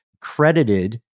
credited